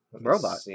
robot